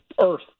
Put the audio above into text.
earth